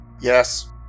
Yes